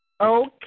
okay